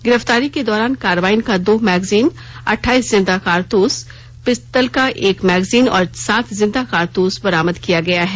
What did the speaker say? गिरफ्तारी के दौरान कार्बाइन का दो मैगजीन अट्ठाईस जिंदा कारतूस पिस्टल का भी एक मैगजीन और सात जिंदा कारतूस बरामद किया गया है